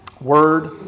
word